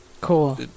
Cool